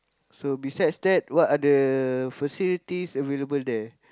so besides that what are the facilities available there